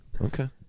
Okay